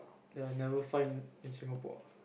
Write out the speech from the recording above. ya never find in Singapore